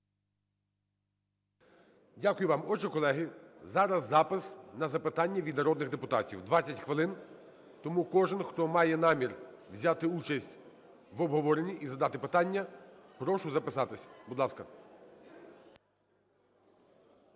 Дякую вам. Отже, колеги, зараз запис на запитання від народних депутатів, 20 хвилин, тому кожен, хто має намір взяти участь в обговоренні і задати питання, прошу записатися, будь ласка.